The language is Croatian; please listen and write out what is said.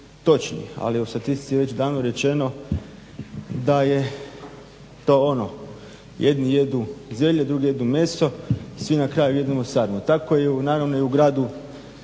ali u statistici je već davno rečeno da je to ono, jedni jedu zelje, drugi jedu mesu, svi na kraju jedemo sarmu, tako i u, naravno i u Gradu Zagrebu.